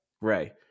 Ray